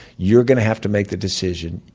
you're going to have to make the decision.